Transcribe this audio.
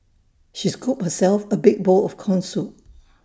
she scooped herself A big bowl of Corn Soup